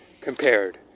compared